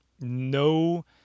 no